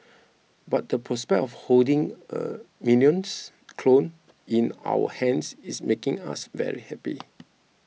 but the prospect of holding a Minions clone in our hands is making us very happy